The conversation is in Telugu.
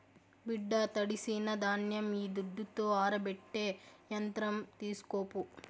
బిడ్డా తడిసిన ధాన్యం ఈ దుడ్డుతో ఆరబెట్టే యంత్రం తీస్కోపో